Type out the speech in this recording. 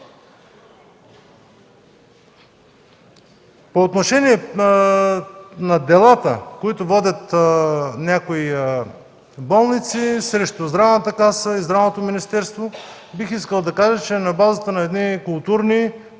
По отношение на делата, които водят някои болници срещу Здравната каса и Здравното министерство – бих искал да кажа, че на базата на културни,